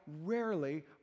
rarely